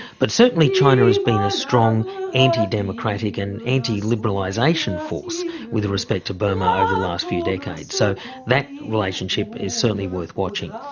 but certainly china has been a strong anti-democratic and anti-liberalisation force with respect to burma over the last few decades. so that relationship is certainly worth watching.